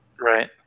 Right